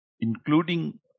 including